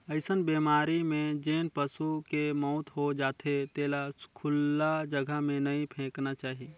अइसन बेमारी में जेन पसू के मउत हो जाथे तेला खुल्ला जघा में नइ फेकना चाही